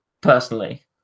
Personally